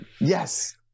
Yes